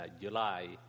July